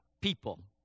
people